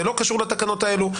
זה לא קשור לתקנות האלו,